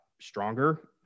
stronger